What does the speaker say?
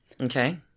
Okay